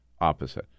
opposite